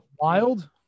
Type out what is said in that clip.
wild